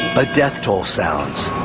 but death toll sounds,